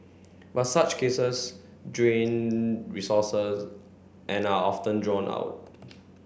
but such cases drain resources and are often drawn out